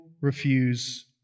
refuse